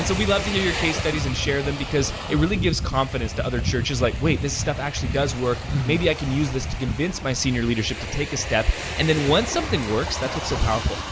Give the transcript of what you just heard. so we love to hear your case studies, and share them, because it really gives confidence to other churches, like wait, this stuff actually does work, maybe i can use this to convince my senior leadership to take a step. and then once something works, that's what's so powerful,